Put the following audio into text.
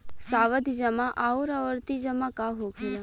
सावधि जमा आउर आवर्ती जमा का होखेला?